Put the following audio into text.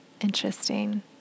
Interesting